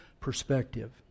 perspective